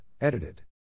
edited